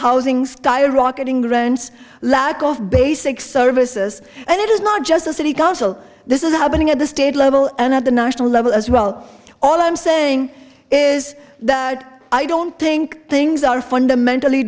housing skyrocketing rents lack of basic services and it is not just a city council this is happening at the state level and at the national level as well all i'm saying is that i don't think things are fundamentally